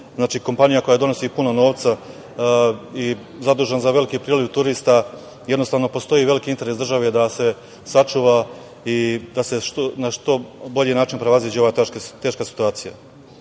kompanija koja donosi puno novca i zadužena je za veliki priliv turista, jednostavno postoji veliki interes države da se sačuva i da se na što bolji način prevaziđe ova teška situacija. Postoje